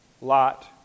Lot